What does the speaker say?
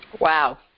Wow